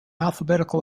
alphabetical